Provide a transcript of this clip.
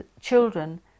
children